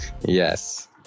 Yes